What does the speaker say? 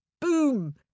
boom